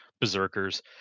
Berserkers